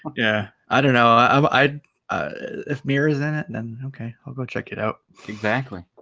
yeah, i don't know um i if mirror is in it then okay i'll go check it out exactly